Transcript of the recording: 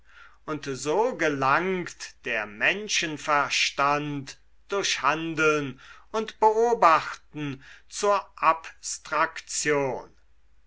und so gelangt der menschenverstand durch handeln und beobachten zur abstraktion